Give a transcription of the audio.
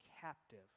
captive